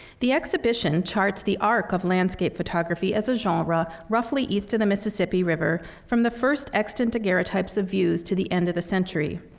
the exhibition charts the arc of landscape photography as a genre roughly east of the mississippi river from the first extant daguerreotypes of views to the end of the century.